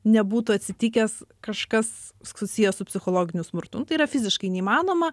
nebūtų atsitikęs kažkas susijęs su psichologiniu smurtu nu tai yra fiziškai neįmanoma